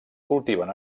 cultiven